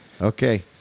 Okay